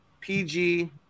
PG